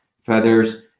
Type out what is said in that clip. feathers